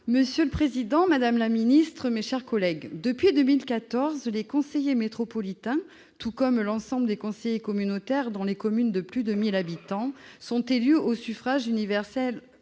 Monsieur le président, madame la ministre, mes chers collègues, depuis 2014, les conseillers métropolitains, tout comme l'ensemble des conseillers communautaires dans les communes de plus de 1 000 habitants, sont élus au suffrage universel